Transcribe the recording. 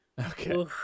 Okay